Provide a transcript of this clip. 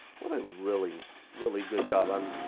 what a really, really good job. um